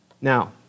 Now